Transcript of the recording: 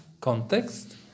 context